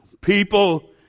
People